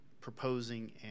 proposing